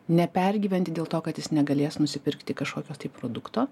nepergyventi dėl to kad jis negalės nusipirkti kažkokio produkto